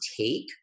take